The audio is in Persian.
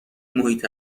محیط